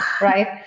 Right